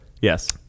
Yes